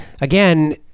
again